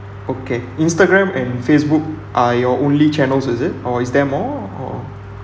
okay Instagram and Facebook are your only channels is it or is there more or